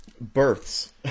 births